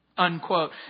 Unquote